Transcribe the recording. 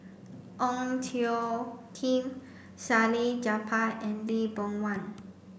Ong Tjoe Kim Salleh Japar and Lee Boon Wang